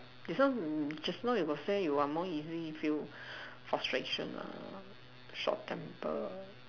this one just now you got say you are more easily feel frustration ah short temper